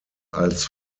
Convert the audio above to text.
als